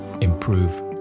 improve